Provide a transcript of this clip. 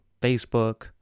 Facebook